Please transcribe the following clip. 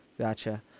Gotcha